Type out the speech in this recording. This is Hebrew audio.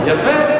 יפה,